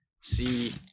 see